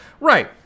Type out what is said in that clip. Right